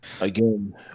Again